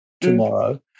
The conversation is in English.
tomorrow